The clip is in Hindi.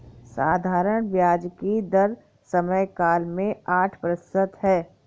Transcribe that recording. साधारण ब्याज की दर समयकाल में आठ प्रतिशत है